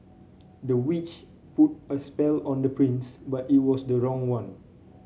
the witch put a spell on the prince but it was the wrong one